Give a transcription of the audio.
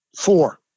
Four